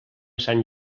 sant